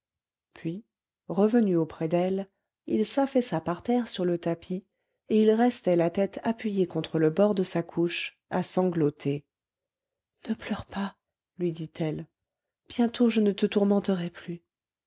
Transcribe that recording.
puis revenu près d'elle il s'affaissa par terre sur le tapis et il restait la tête appuyée contre le bord de sa couche à sangloter ne pleure pas lui dit-elle bientôt je ne te tourmenterai plus